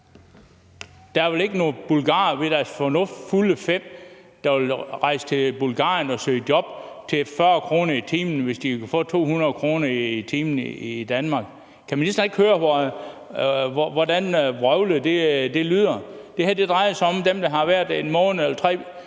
Der er vel ikke nogen bulgarere ved deres fulde fem, der vil rejse til Bulgarien og søge job til 40 kr. i timen, hvis de kan få 200 kr. i timen i Danmark. Kan ministeren ikke høre, hvor vrøvlet det lyder? Det her drejer sig om dem, der har været her 1 måned eller 3